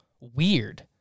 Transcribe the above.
weird